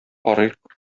карыйк